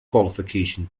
qualification